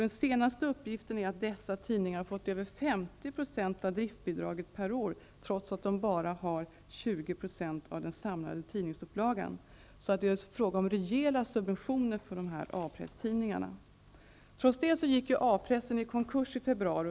Den senaste uppgiften är att dessa tidningar fått över 50 % av driftsbidraget per år, trots att de bara täcker 20 % av den samlade tidningsupplagan. Det är alltså rejäla subventioner som dessa A presstidningar har fått. Trots detta gick A-pressen i konkurs i februari.